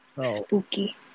Spooky